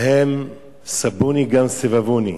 והן סבוני גם סבבוני,